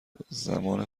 زمان